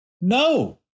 no